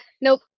Nope